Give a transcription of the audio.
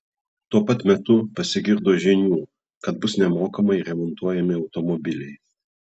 tuo pat metu pasigirdo žinių kad bus nemokamai remontuojami automobiliai